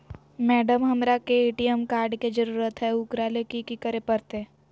Madam, हमरा के ATM card के जरूरत है ऊकरा ले की की करे परते?